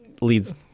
leads